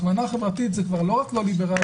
הכוונה חברתית זה כבר לא רק לא ליברלי,